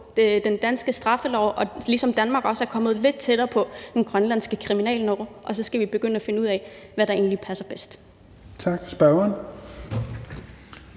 den danske straffelov, ligesom Danmark også er kommet lidt tættere på den grønlandske kriminallov, og så skal vi begynde at finde ud af, hvad der egentlig passer bedst. Kl. 17:00